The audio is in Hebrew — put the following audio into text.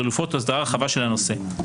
חלופות או הסדרה רחבה של הנושא,